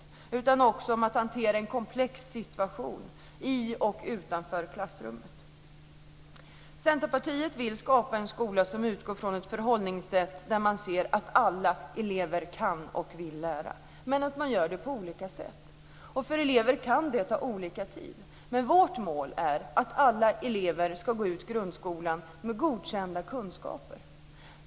Det handlar också om att hantera en komplex situation, i och utanför klassrummet. Centerpartiet vill skapa en skola som utgår från ett förhållningssätt där man ser att alla elever kan och vill lära, på olika sätt. För elever kan det ta olika lång tid. Vårt mål är att alla elever ska gå ut grundskolan med godkända kunskaper.